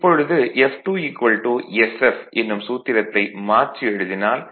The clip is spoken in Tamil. இப்பொழுது f2 sf என்னும் சூத்திரத்தை மாற்றி எழுதினால் s f2f 250 0